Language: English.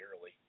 early